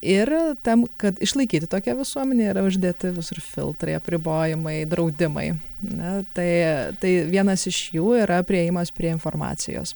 ir tam kad išlaikyti tokią visuomenę yra uždėti visur filtrai apribojimai draudimai na tai tai vienas iš jų yra priėjimas prie informacijos